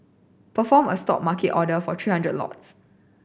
perform a Stop market order for three hundred lots